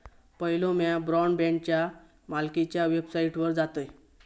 पयलो म्या ब्रॉडबँडच्या मालकीच्या वेबसाइटवर जातयं